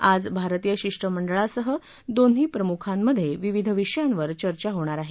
आज भारतीय शिष्टमंडळासह दोन्ही प्रमुखांमधे विविध विषयांवर चर्चा होणार आहे